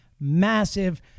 massive